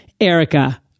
Erica